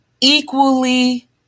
equally